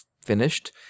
finished